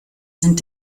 sind